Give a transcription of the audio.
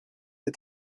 est